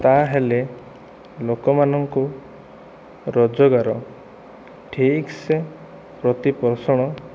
ତା'ହେଲେ ଲୋକମାନଙ୍କୁ ରୋଜଗାର ଠିକ ସେ ପ୍ରତିପୋଷଣ